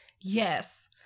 Yes